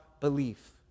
belief